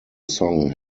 song